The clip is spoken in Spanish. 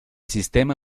sistema